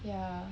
ya